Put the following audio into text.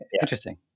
Interesting